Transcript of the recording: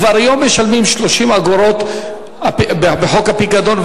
כבר היום משלמים 30 אגורות בחוק הפיקדון,